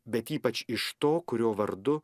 bet ypač iš to kurio vardu